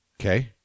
Okay